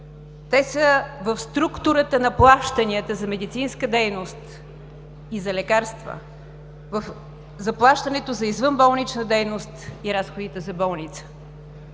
те са в структурата на плащанията за медицинска дейност и за лекарства, в заплащането за извънболнична дейност и разходите за болница.